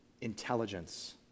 intelligence